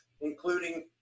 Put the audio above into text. including